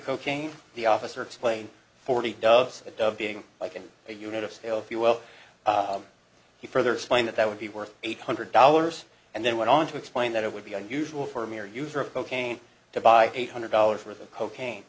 cocaine the officer explained forty dove said of being like in a unit of scale if you will he further explained that that would be worth eight hundred dollars and then went on to explain that it would be unusual for a mere user of cocaine to buy eight hundred dollars worth of cocaine